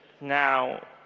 now